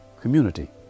community